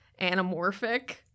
anamorphic